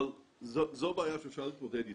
אבל זו בעיה שאפשר להתמודד איתה.